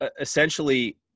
essentially